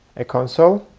a console.